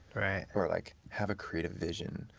or like have a creative vision,